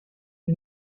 its